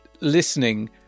listening